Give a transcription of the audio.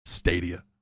Stadia